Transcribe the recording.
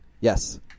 Yes